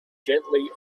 gently